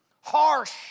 Harsh